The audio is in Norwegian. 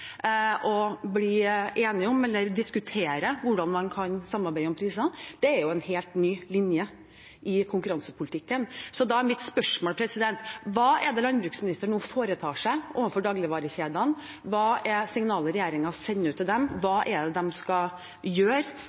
bli enige om eller diskutere hvordan man kan samarbeide om priser. Det er en helt ny linje i konkurransepolitikken. Da er mitt spørsmål: Hva er det landbruksministeren nå foretar seg overfor dagligvarekjedene, hva er signalet regjeringen sender ut til dem, hva